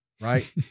Right